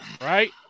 Right